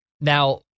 Now